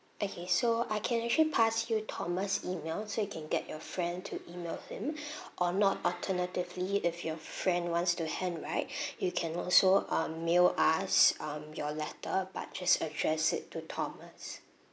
okay so I can actually pass you thomas email so you can get your friends to email him or not alternatively if your friend wants to hand write you can also um mail us um your letter but just address it to thomas